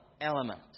element